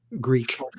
Greek